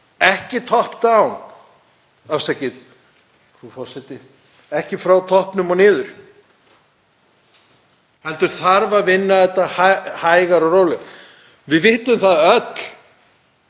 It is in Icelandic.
ekki „top down“, afsakið, frú forseti, ekki frá toppnum og niður, heldur þarf að vinna þetta hægt og rólega. Við vitum öll